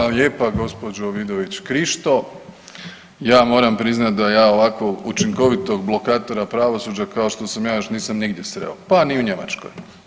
Hvala lijepa gospođo Vidović Krišto, ja moram priznati da ja ovako učinkovitog blokatora pravosuđa kao što sam ja još nisam nigdje sreo, pa ni u Njemačkoj.